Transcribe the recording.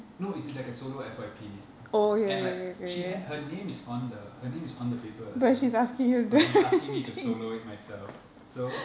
no it's it's like a solo F_Y_P and like she had her name is on the her name is on the paper as well but she asking me to solo it myself so